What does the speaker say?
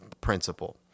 principle